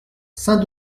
saint